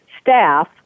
staff